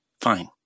fine